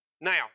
Now